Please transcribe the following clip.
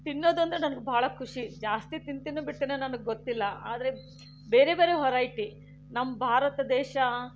ತಿನ್ನೋದಂದ್ರೆ ನನಗೆ ಬಹಳ ಖುಷಿ ಜಾಸ್ತಿ ತಿಂತೀನೋ ಬಿಡ್ತೀನೋ ನನಗೆ ಗೊತ್ತಿಲ್ಲ ಆದರೆ ಬೇರೆ ಬೇರೆ ವೆರೈಟಿ ನಮ್ಮ ಭಾರತ ದೇಶ